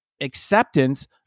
acceptance